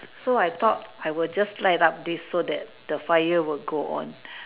so I thought I will just light up this so that the fire will go on